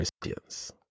Christians